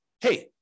hey